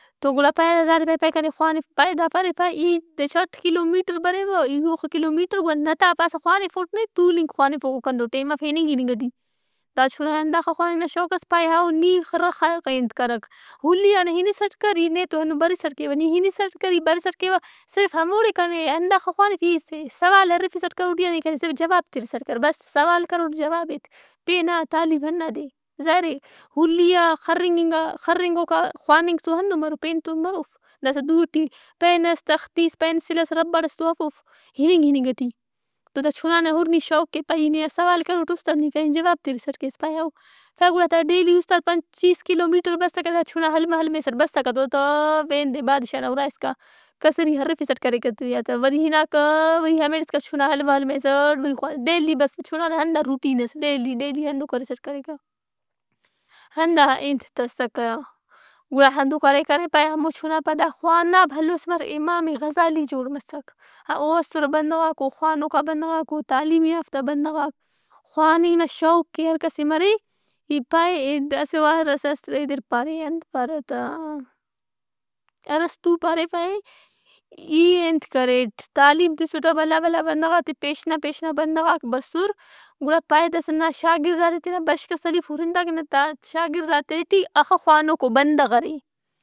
توگڑا پائہہ دا گھنٹہ ئے کنے خوانِف۔ پائہہ دا پارے پائہہ ای دچہ اٹ کلو میٹربریوہ۔ اوخہ کلو میٹر گڑا نت آ پاسہ خوانِفوٹ نے۔ تولِنگ خوانفوکو کن تو ٹیم اف ہِننگ ہِننگ ئٹی۔ دا چُنا ئے ہنداخہ خواننگ نا شوق اس پائہہ او نی خرّہ خہ- غائے انت کرک ہُلی آ نے ہِنِسَٹ کر ای نے تو ہندن برِسٹ کیوہ۔ نی ہِنسٹ کر ای برِسٹ کیوہ۔ صرف ہموڑے کنے ہنداخہ خوانِف ای سہ- سوال ہرّفِسٹ کروٹ ای آن نے نی کنے صرف جواب تِرِسٹ کر۔ بس سوال کروٹ جواب ایت۔ پین آہہ تعلیم ہنّاد اے۔ ظاہر اے ہُلی آ خرِّنگنگ آخرِّنگوکا خواننگ تو ہندن مرو پین تومروف۔ داسادوٹی پَین ئس، تختِیس، پینسل ئس، ربڑئس تو ہرفوف ہِننگ ہِننگ ئٹی۔ تو دا چُنا نا ہُر نی شوق اے پائہہ ای نے آن سوال کروٹ اُست آن نی کنے جواب تِرسٹ کیس۔ پائہہ گُڑا دا ڈیلی اُستاد پچّیس کلو میٹر بسّکہ دا چنا ہلمہ ہلمہ سیٹ بسکہ اوڑتو اوار ایندے بادشاہ نا اُرا اِسکا کسری ہرفسٹ کریکہ تو ای آن تہ۔ وری ہِناکہ وری ہمیڑِسکا چُنا ہلمہ ہلمہ سے اٹ بے خواج- ڈیلی بس چُنا نا ہندا روٹین اس ڈیلی۔ ڈیلی ہندن بس کریکہ۔ ہندا اے انت تہ اسکہ، گُڑا ہندن کرے کرے پائہہ ہمو چُنا پدائے خوانا بھلوس مس امام غزالی جوڑ مسک۔ ہاں او اسُّرہ بندغاک او خوانوکا بندغاک، تعلیم یافتہ بندغاک۔ خوانِنگ نا شوق کہ ہر کس ئے مرے۔ ی- پائہہ اسہ وارس ئس اس۔ اے دیر پارے اے انت پارہ تہ ارسطو پارے پائہہ ای انت کریٹ تعلیم تِسٹہ بھلا بھلا بندغات ئے پیشن نا پیشن نا بندغاک بسر گڑا پائہہ داسا نا شاگردات ئے تینا بش کہ سلیف ہُرِن تا کہ نا دا شاگردات ئے ٹی اخہ خوانوکو بندغ ارے۔